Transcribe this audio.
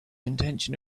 intention